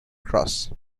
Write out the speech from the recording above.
cross